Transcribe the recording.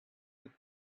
with